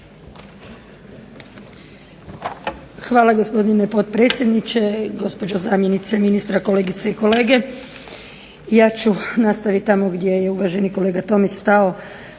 Hvala, gospodine potpredsjedniče. Gospođo zamjenice ministra, kolegice i kolege. Ja ću nastaviti tamo gdje je uvaženi kolega Tomić stao.